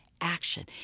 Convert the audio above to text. action